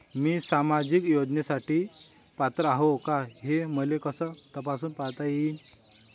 मी सामाजिक योजनेसाठी पात्र आहो का, हे मले कस तपासून पायता येईन?